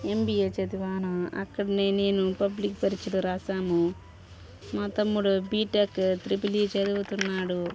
MBA చదివాను అక్కడ్నే నేను పబ్లిక్ పరీక్షలు రాశాము మా తమ్ముడు బిటెక్ త్రిబుల్ ఈ చదువుతున్నాడు